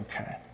okay